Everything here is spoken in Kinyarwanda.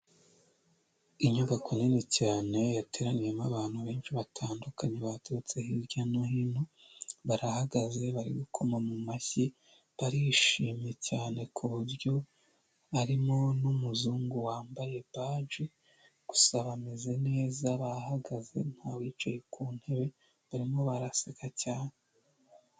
Inyubako nini cyane, yateraniyemo abantu benshi batandukanye baturutse hirya no hino, barahagaze, bari gukoma mu mashyi, barishimye cyane ku buryo harimo n'umuzungu wambaye baji, gusa bameze neza, bahagaze nta wicaye ku ntebe, barimo baraseka cyane.